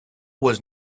was